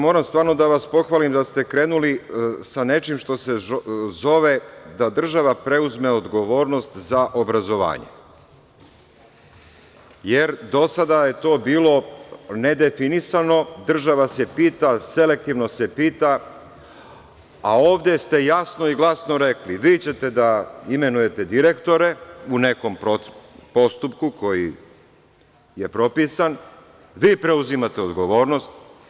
Moram stvarno da vas pohvalim da ste krenuli sa nečim što se zove da država preuzme odgovornost za obrazovanje, jer do sada je to bilo nedefinisano, država se pita, selektivno se pita, a ovde ste jasno i glasno rekli – vi ćete da imenujete direktore, u nekom postupku koji je propisan, vi preuzimate odgovornost.